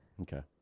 Okay